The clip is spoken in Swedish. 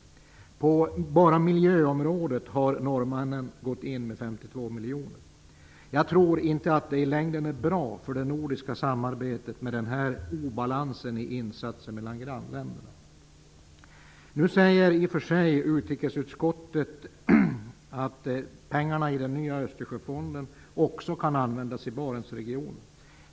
På bara miljöområdet har norrmännen gått in med 52 miljoner. Jag tror inte att det i längden är bra för det nordiska samarbetet med den här obalansen i insatser mellan grannländerna. Nu säger utrikesutskottet att pengarna i den nya Östersjöfonden också kan användas i Barentsregionen.